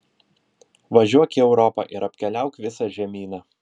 važiuok į europą ir apkeliauk visą žemyną